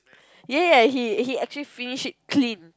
ya ya he he actually finish it clean